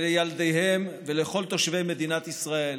לילדיהם ולכל תושבי מדינת ישראל